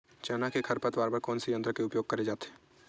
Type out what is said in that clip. चना के खरपतवार बर कोन से यंत्र के उपयोग करे जाथे?